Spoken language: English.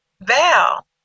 Val